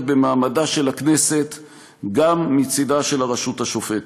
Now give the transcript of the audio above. במעמדה של הכנסת גם מצדה של הרשות השופטת,